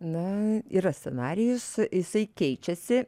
na yra scenarijus jisai keičiasi